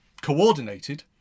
coordinated